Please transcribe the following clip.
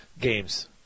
games